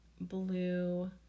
blue